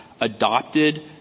adopted